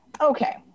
Okay